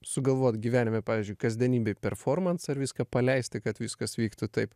sugalvot gyvenime pavyzdžiui kasdienybėj performansą ar viską paleisti kad viskas vyktų taip